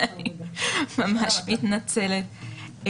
ממש מתנצלת.